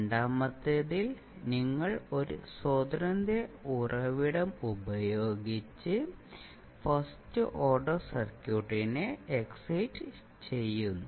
രണ്ടാമത്തേതിൽ നിങ്ങൾ ഒരു സ്വതന്ത്ര ഉറവിടം പ്രയോഗിച്ച് ഫസ്റ്റ് ഓർഡർ സർക്യൂട്ടിനെ എക്സൈറ്റ് ചെയ്യുന്നു